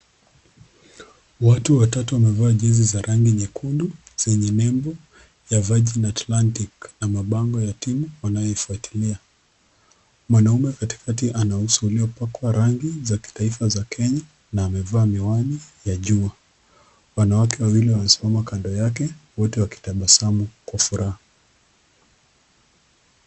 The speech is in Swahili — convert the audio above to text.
Watu watatu wamevaa jezi za rangi nyekundu zenye nembo ya Virgin Atlantic na mabango ya timu wanayoifuatilia. Mwanaume katika ana uso uliopakwa rangi za kitaifa za Kenya na amevaa miwani ya jua. Wanawake wawili wamesimama kando yake wote wakitabasamu kwa furaha.